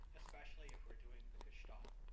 especially if we're doing the gestalt,